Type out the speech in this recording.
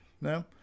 No